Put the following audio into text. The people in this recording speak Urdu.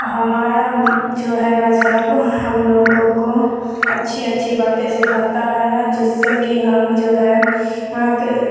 ہمارا جو ہے مذہب ہم لوگوں کو اچھی اچھی باتیں سکھاتا ہے جس سے کہ ہم جو ہے